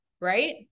right